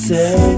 Say